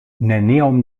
neniom